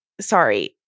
sorry